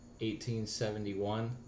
1871